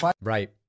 right